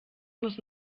muss